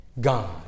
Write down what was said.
God